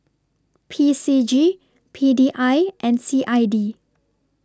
P C G P D I and C I D